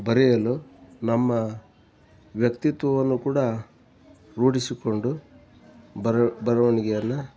ಬರೆಯಲು ನಮ್ಮ ವ್ಯಕ್ತಿತ್ವವನ್ನು ಕೂಡ ರೂಢಿಸಿಕೊಂಡು ಬರ್ ಬರವಣ್ಗೆಯನ್ನ